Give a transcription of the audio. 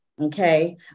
okay